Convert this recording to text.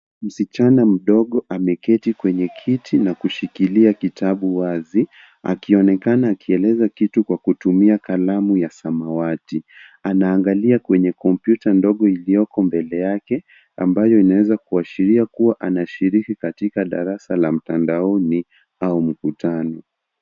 Msichana mdogo ameketi kwenye kiti na kushikilia kitabu wazi, akionekana akieleza kitu kwa kutumia kalamu ya samawati. Anaangalia kwenye kompyuta ndogo ilioko mbele yake ambayo inaweza kuashiria kuwa anashiriki katika darasa la mtandaoni au mkutano.